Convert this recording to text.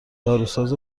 داروساز